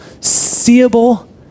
seeable